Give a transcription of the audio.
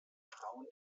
frauen